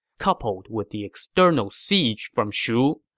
coupled with the external siege from shu,